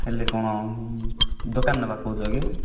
ହେଲେ କ'ଣ ଦୋକାନ ନେବା କହୁଛ କି